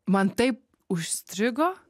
man taip užstrigo